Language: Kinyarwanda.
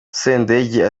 sendege